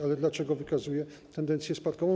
Ale dlaczego wykazuje tendencję spadkową?